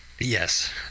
Yes